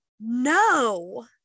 No